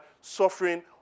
suffering